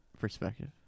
perspective